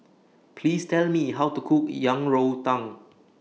Please Tell Me How to Cook Yang Rou Tang